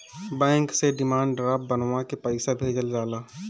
bank से demand draft बनवा के पईसा भेजल जाला